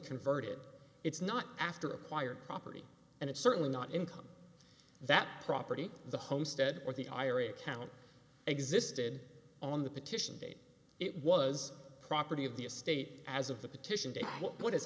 converted it's not after acquired property and it's certainly not income that property the homestead or the ira account existed on the petition date it was property of the estate as of the petition to what has